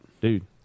dude